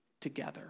together